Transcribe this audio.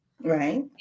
Right